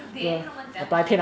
then 他们怎样懂